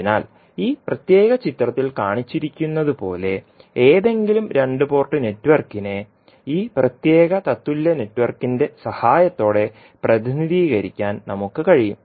അതിനാൽ ഈ പ്രത്യേക ചിത്രത്തിൽ കാണിച്ചിരിക്കുന്നതുപോലെ ഏതെങ്കിലും രണ്ട് പോർട്ട് നെറ്റ്വർക്കിനെ two port network ഈ പ്രത്യേക തത്തുല്യ നെറ്റ്വർക്കിന്റെ സഹായത്തോടെ പ്രതിനിധീകരിക്കാൻ നമുക്ക് കഴിയും